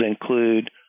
include